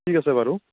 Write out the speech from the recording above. ঠিক আছে বাৰু